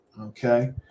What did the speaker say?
Okay